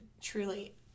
truly